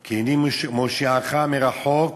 כי הנני מושיעך מרחוק